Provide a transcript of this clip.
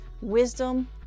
wisdom